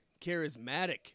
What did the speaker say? charismatic